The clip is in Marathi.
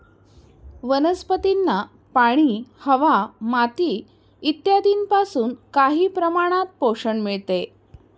वनस्पतींना पाणी, हवा, माती इत्यादींपासून काही प्रमाणात पोषण मिळते